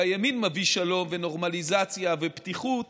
כשהימין מביא שלום ונורמליזציה ופתיחות